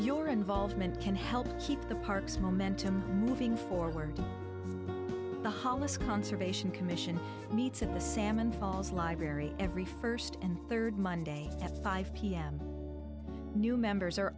your involvement can help keep the parks momentum moving forward the harness conservation commission meets in the salmon falls library every first and third monday at five pm new members are